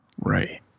Right